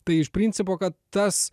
tai iš principo kad tas